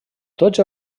tots